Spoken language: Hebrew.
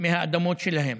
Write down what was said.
מהאדמות שלהם.